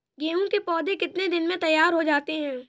गेहूँ के पौधे कितने दिन में तैयार हो जाते हैं?